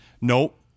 Nope